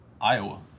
Iowa